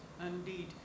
Indeed